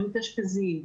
הם מתאשפזים,